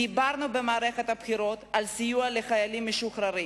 דיברנו במערכת הבחירות על סיוע לחיילים משוחררים,